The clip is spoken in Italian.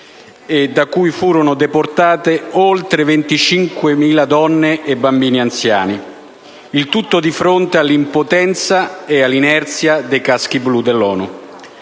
da cui furono deportati oltre 25.000 tra donne, bambini e anziani, il tutto di fronte all'impotenza e all'inerzia dei caschi blu dell'ONU.